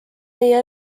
meie